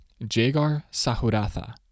Jagar-Sahuratha